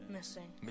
Missing